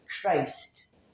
Christ